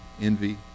envy